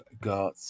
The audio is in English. got